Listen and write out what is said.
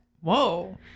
Whoa